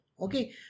okay